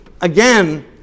again